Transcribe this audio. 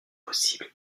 possibles